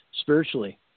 spiritually